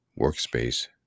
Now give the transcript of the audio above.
workspace